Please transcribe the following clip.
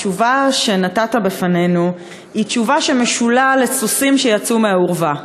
התשובה שנתת בפנינו היא תשובה שמשולה לסוסים שיצאו מהאורווה.